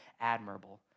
admirable